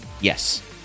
Yes